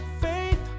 faith